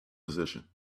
position